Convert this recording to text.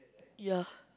ya